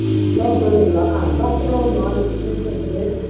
லோக்கல்ளிங்களா லோக்கலில் ஒரு நாலு ப்ளேஸ் இருக்குது